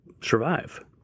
survive